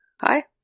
Hi